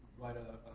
write a